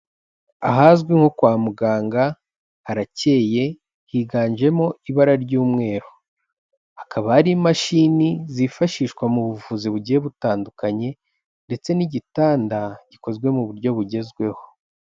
Ahazwi nko kwa muganga haracyeye higanjemo ibara ry'umweru, hakaba hari imashini zifashishwa mu buvuzi bugiye butandukanye ndetse n'igitanda gikozwe mu buryo bugezweho.